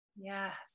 Yes